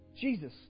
Jesus